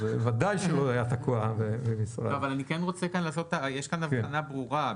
יש כאן הבחנה ברורה.